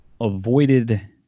avoided